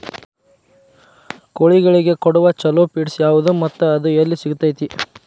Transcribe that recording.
ಕೋಳಿಗಳಿಗೆ ಕೊಡುವ ಛಲೋ ಪಿಡ್ಸ್ ಯಾವದ ಮತ್ತ ಅದ ಎಲ್ಲಿ ಸಿಗತೇತಿ?